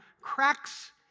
cracks